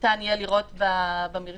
ניתן יהיה לראות במרשם